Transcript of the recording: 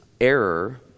error